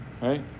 right